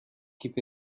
keep